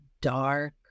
dark